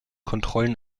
kontrollen